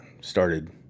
started